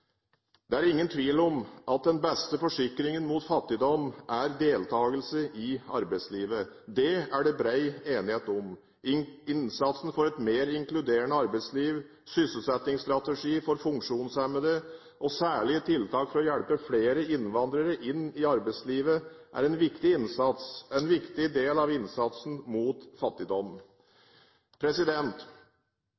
Det er ingen tvil om at den beste forsikringen mot fattigdom er deltakelse i arbeidslivet. Det er det bred enighet om. Innsatsen for et mer inkluderende arbeidsliv, sysselsettingsstrategi for funksjonshemmede og særlige tiltak for å hjelpe flere innvandrere inn i arbeidslivet er en viktig del av innsatsen mot fattigdom.